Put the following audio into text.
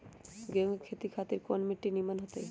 गेंहू की खेती खातिर कौन मिट्टी निमन हो ताई?